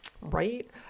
Right